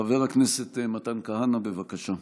חבר הכנסת מתן כהנא, בבקשה.